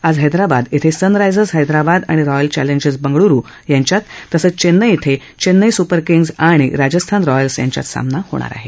आज हैद्राबाद इथं सनरायजर्स हैद्राबाद आणि रॉयल चॅलेंजर्स बंगळुरु यांच्यात तसंच चेन्नई इथं चेन्नई सूपर किंग्ज आणि राजस्थान रॅयल्स यांच्यात सामना होणार आहे